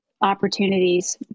opportunities